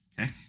okay